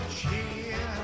cheer